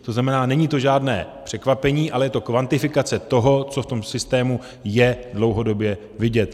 To znamená, není to žádné překvapení, ale je to kvantifikace toho, co v tom systému je dlouhodobě vidět.